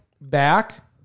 back